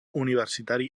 universitari